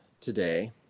today